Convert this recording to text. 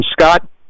Scott